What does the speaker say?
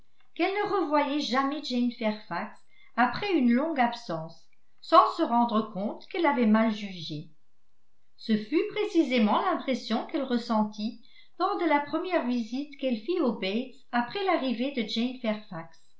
qu'elle ne revoyait jamais jane fairfax après une longue absence sans se rendre compte qu'elle l'avait mal jugée ce fut précisément l'impression qu'elle ressentit lors de la première visite qu'elle fit aux bates après l'arrivée de jane